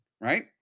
right